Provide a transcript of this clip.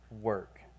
work